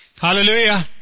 Hallelujah